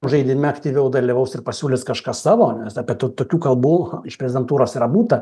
žaidime aktyviau dalyvaus ir pasiūlys kažką savo nes apie to tokių kalbų iš prezidentūros yra būta